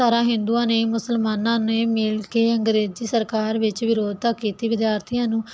ਤਰ੍ਹਾ ਹਿੰਦੂਆਂ ਨੇ ਮੁਸਲਮਾਨਾਂ ਨੇ ਮਿਲ ਕੇ ਅੰਗਰੇਜ਼ੀ ਸਰਕਾਰ ਵਿੱਚ ਵਿਰੋਧਤਾ ਕੀਤੀ ਵਿਦਿਆਰਥੀਆਂ ਨੂੰ